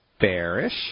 bearish